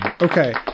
Okay